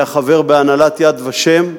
היה חבר בהנהלת "יד ושם"